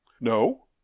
No